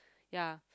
ya